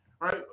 right